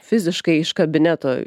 fiziškai iš kabineto